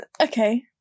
okay